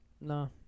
no